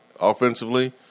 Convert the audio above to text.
Offensively